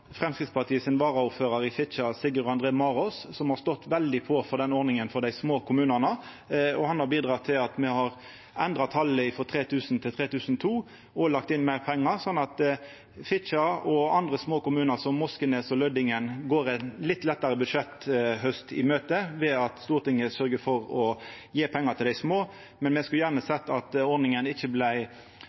varaordførar i Fitjar, Sigurd Andre Maraas, som har stått veldig på for ordninga for dei små kommunane. Han har bidrege til at me har endra talet frå 3 000 til 3 200 og lagt inn meir pengar, sånn at Fitjar og andre små kommunar, som Moskenes og Lødingen, går ein litt lettare budsjetthaust i møte, ved at Stortinget sørgjer for å gje pengar til dei små. Eg skulle gjerne sett at eigendelen ikkje